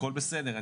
הכול בסדר,